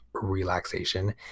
relaxation